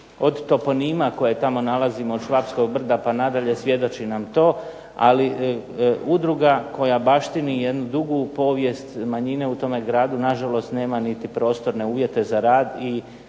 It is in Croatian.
Od toponima koje tamo nalazimo švapskog brda pa na dalje svjedoči nam to. Ali udruga koja baštini jednu dugu povijest, manjine u tome gradu na žalost nema niti prostorne uvjete za rad.